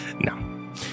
No